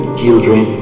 children